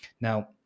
Now